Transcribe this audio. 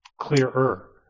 clearer